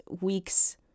weeks